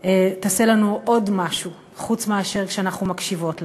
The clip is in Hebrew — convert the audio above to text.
תעשה לנו עוד משהו חוץ מאשר כשאנחנו מקשיבות לה.